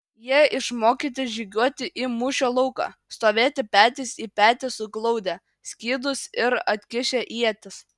jie išmokyti žygiuoti į mūšio lauką stovėti petys į petį suglaudę skydus ir atkišę ietis